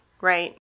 right